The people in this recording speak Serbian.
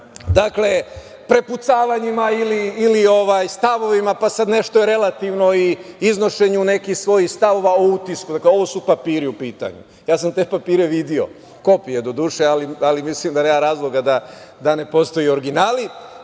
prepucavanjima ili stavovima, pa sad nešto je relativno i iznošenju nekih svojih stavova o utisku. Dakle, ovo su papiri u pitanju, ja sam te papire video, kopije, doduše, ali mislim da nema razloga, da ne postoje originali.